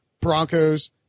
Broncos